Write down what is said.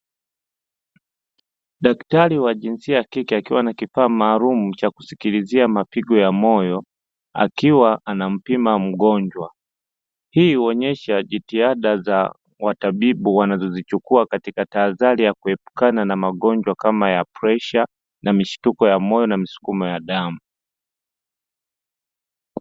Daktari wa jinsia ya kike akiwa na kifaa maalumu cha kusikilizia mapigo ya moyo, akiwa anampima mgonjwa. Hii huonyesha jitihada za watabibu wanazozichukua katika tahadhari ya kuepukana na magonjwa kama ya presha na mishtuko ya moyo na misukumo ya damu.